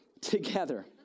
together